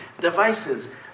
devices